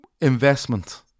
investment